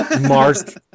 Mars